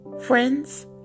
friends